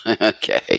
Okay